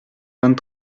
vingt